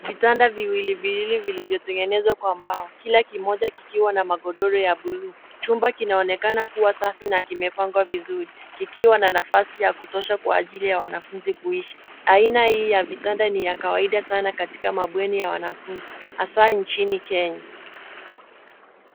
Vitanda viwili viwili vilivyo tengenezwa kwa mbao. Kila kimoja kikiwa na magodoro ta bluu. Chumba kinaonekana safi na kimepangwa vizuri kikiwa na nafasi ya kutosha kwa ajili ya wanafunzi kuishi. Aina hii ya vitanda ni ya kawaida sana katika mabweni ya wanafunzi hasa nchini Kenya.